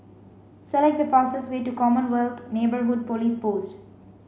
select the fastest way to Commonwealth Neighbourhood Police Post